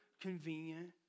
convenient